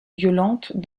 violentes